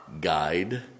guide